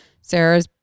Sarah's